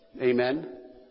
Amen